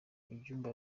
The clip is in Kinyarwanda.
inyumba